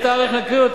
תקרא.